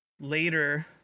later